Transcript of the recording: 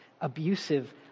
abusive